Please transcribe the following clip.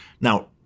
Now